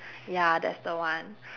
ya that's the one